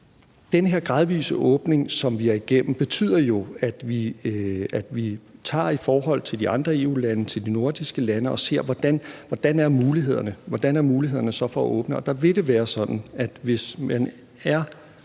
den her gradvise åbning, som vi er igennem, jo betyder, at vi i forhold til de andre EU-lande og de nordiske lande ser, hvordan mulighederne er for at åbne. Og der vil det være sådan, at hvis man er